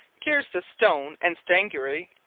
cures the stone, and strangury,